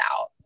out